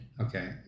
Okay